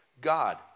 God